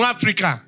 Africa